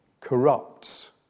corrupts